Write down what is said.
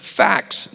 facts